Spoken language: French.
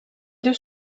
deux